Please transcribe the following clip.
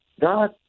God